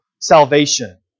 salvation